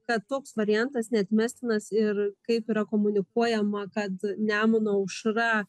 kad toks variantas neatmestinas ir kaip yra komunikuojama kad nemuno aušra